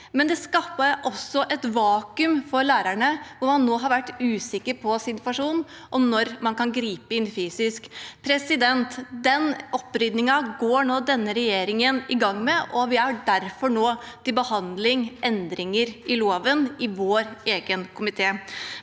men det skapte også et vakuum for lærerne, som nå har vært usikre på situasjonen og når man kan gripe inn fysisk. Den opprydningen går nå denne regjeringen i gang med, og vi har derfor nå til behandling endringer i loven, i vår egen komité.